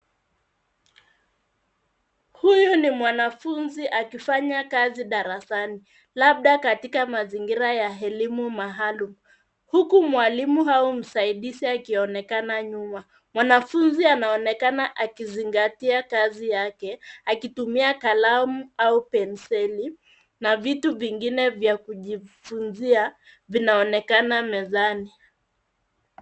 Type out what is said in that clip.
Huyu ni mwanafunzi akifanya kazi darasani labda katika mazingira ya elimu maalum huku mwalimu au msaidizi akionekana nyuma. Mwanafunzi anaonekana akizingatia kazi yake akitumia kalamu au penseli na vitu vingine vya kujifunzia vinaonekana mezani.